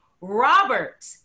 Robert